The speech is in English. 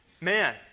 man